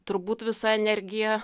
turbūt visa energija